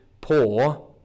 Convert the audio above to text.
poor